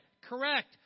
correct